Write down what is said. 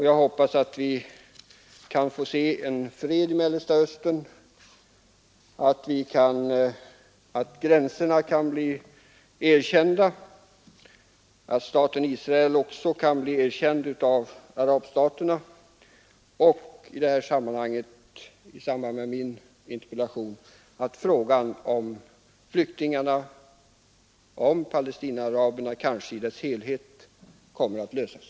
Jag hoppas att vi kan få se en fred i Mellersta Östern, att gränserna blir erkända, att staten Israel blir erkänd också av arabstaterna och att flyktingproblemet för Palestinaaraberna i sin helhet kommer att lösas.